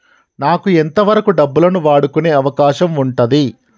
నాకు ఎంత వరకు డబ్బులను వాడుకునే అవకాశం ఉంటది?